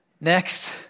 Next